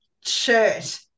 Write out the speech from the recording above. shirt